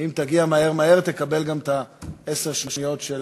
אם תגיע מהר-מהר, תקבל גם את עשר השניות של